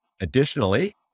Additionally